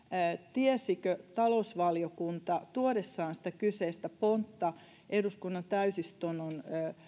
tiesikö talousvaliokunta tuodessaan sitä kyseistä pontta eduskunnan täysistunnolle